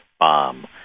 bomb